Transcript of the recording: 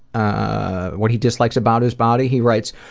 ah what he dislikes about his body, he writes,